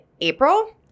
April